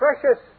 precious